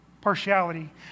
partiality